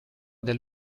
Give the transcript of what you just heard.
del